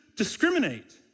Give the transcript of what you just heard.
discriminate